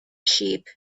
sheep